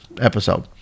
episode